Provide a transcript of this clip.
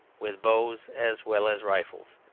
with bows as well as rifles,